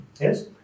Yes